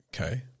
okay